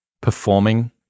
performing